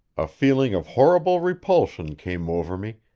a feeling of horrible repulsion came over me,